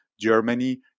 Germany